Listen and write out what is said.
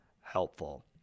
helpful